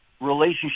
relationship